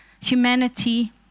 humanity